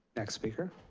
next speaker.